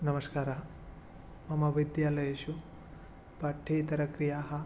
नमस्काराः मम विद्यालयेषु पाठ्येतरक्रियाः